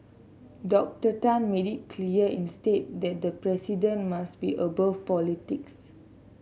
Doctor Tan made it clear instead that the president must be above politics